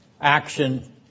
action